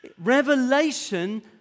revelation